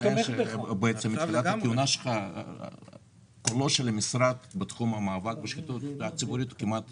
מתחילת הכהונה שלך קולו של המשרד בתחום המאבק בשחיתות הציבורית כמעט